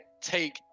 take